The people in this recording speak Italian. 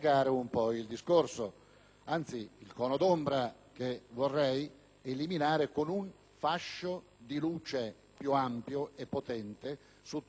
(anzi, il cono d'ombra che vorrei eliminare con un fascio di luce più ampio e potente) a tutto il comparto agricolo,